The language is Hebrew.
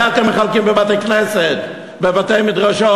את זה אתם מחלקים בבתי-כנסת, בבתי-מדרשות.